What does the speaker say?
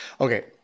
Okay